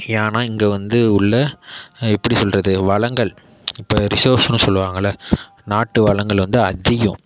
ஏன்னால் இங்கே வந்து உள்ள எப்படி சொல்லுறது வளங்கள் இப்போ ரிஸோர்சஸ்ன்னு சொல்லுவார்கள்ல நாட்டு வளங்கள் வந்து அதிகம்